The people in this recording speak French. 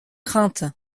crainte